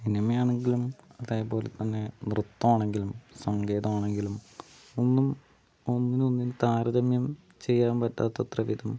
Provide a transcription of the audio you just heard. സിനിമയാണെങ്കിലും അതെപോലെത്തന്നെ നൃത്തമാണെങ്കിലും സംഗീതമാണെങ്കിലും ഒന്നും ഒന്നിനൊന്നിന് താരതമ്യം ചെയ്യാൻ പറ്റാത്തത്രവിധം